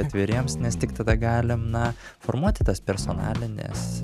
atviriems nes tik tada galim na formuoti tas personalines